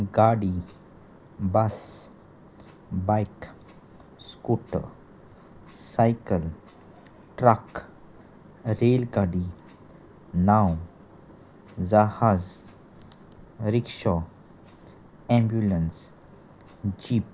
गाडी बस बायक scooter cycle truck rail गाडी नाव जहाज रिक्क्षा एमब्युलंन्स जीप